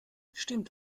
stimmt